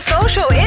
social